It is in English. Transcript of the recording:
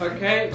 Okay